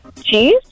Cheese